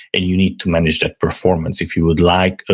and you need to manage that performance if you would like,